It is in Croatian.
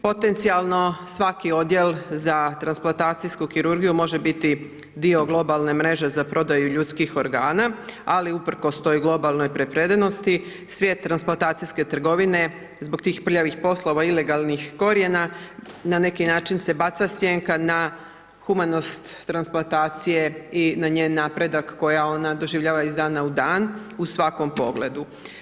Potencijalno svaki odjel za transplantacijsku kirurgiju može biti dio globalne mreže za prodaju ljudskih organa ali usprkos toj globalnoj prepredenosti svijet transplatacijske trgovine zbog tih prljavih poslova ilegalnih korijena na neki način se baca sjenka na humanost transplatacije i na njen napredak koja ona doživljava iz dana u dan u svakom pogledu.